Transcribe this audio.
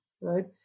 right